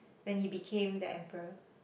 when he became the emperor